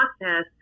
process